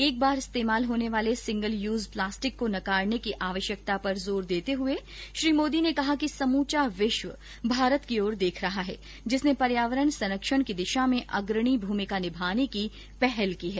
एक बार इस्तेमाल होने वाले सिंगल यूज प्लास्टिक को नकारने की आवश्यकता पर जोर देते हुए श्री मोदी ने कहा कि समूचा विश्व भारत की ओर देख रहा है जिसने पर्यावरण संरक्षण की दिशा में अग्रणी भूमिका निभाने की पहले की है